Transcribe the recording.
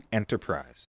enterprise